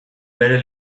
bere